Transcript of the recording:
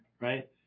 right